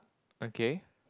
okay